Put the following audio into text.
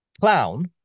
Clown